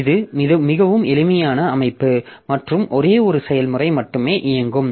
இது மிகவும் எளிமையான அமைப்பு மற்றும் ஒரே ஒரு செயல்முறை மட்டுமே இயங்கும்